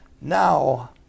now